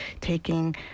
taking